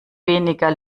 weniger